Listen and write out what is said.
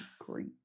great